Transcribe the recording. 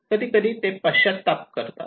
कधीकधी ते पश्चात्ताप करतात